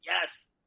yes